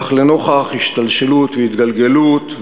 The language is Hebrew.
אך לנוכח השתלשלות והתגלגלות,